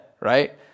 right